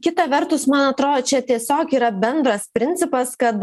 kita vertus man atro čia tiesiog yra bendras principas kad